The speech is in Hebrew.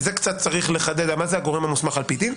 כאן צריך קצת לחדד מה זה "הגורם המוסמך על-פי דין".